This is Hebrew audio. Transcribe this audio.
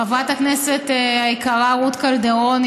חברת הכנסת היקרה רות קלדרון,